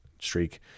streak